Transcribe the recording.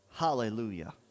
hallelujah